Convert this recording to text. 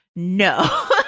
No